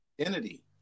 identity